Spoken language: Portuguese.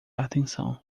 atenção